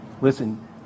Listen